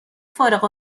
فارغ